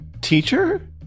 Teacher